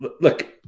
Look